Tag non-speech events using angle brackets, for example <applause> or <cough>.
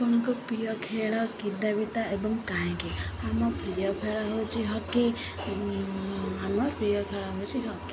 ଆପଣଙ୍କ ପ୍ରିୟ ଖେଳ <unintelligible> ଏବଂ କାହିଁକି ଆମ ପ୍ରିୟ ଖେଳ ହେଉଛି ହକି ଆମ ପ୍ରିୟ ଖେଳ ହେଉଛି ହକି